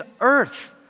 earth